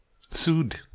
Sued